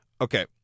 Okay